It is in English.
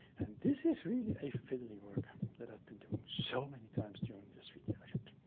and this is really a fiddly work that i've been doing so many times during this video shoot,